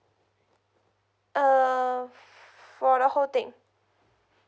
uh for the whole thing